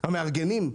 המארגנים,